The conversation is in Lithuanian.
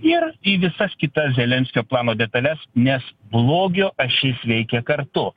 ir į visas kitas zelenskio plano detales nes blogio ašis veikia kartu